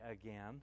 again